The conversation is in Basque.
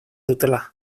dutela